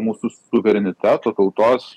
mūsų suvereniteto tautos